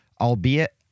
Albeit